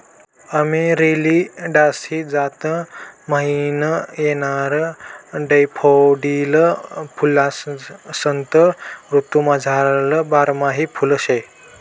Amaryllidaceae जात म्हाईन येणारं डैफोडील फुल्वसंत ऋतूमझारलं बारमाही फुल शे